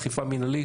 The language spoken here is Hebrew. אכיפה מנהלית,